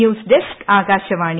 news desk Akashvani